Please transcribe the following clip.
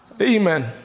Amen